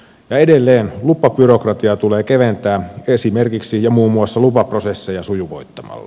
edelleen lupabyrokratiaa tulee keventää esimerkiksi ja muun muassa lupaprosesseja sujuvoittamalla